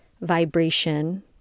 vibration